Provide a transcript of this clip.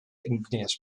igneous